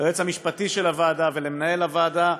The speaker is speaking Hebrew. ליועץ המשפטי של הוועדה ולמנהל הוועדה,